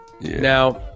now